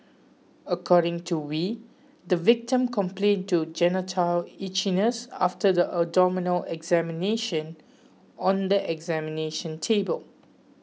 according to Wee the victim complained to genital itchiness after the abdominal examination on the examination table